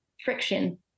friction